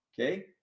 Okay